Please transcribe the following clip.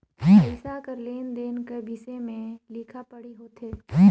पइसा कर लेन देन का बिसे में लिखा पढ़ी होथे